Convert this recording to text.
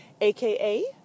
aka